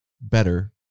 better